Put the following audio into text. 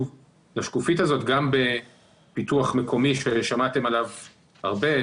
גם לגבי הפיתוח המקומי ששמעתם עליו הרבה,